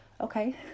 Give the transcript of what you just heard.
Okay